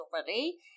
already